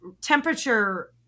Temperature